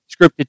scripted